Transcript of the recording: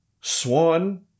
Swan